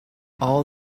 all